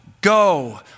go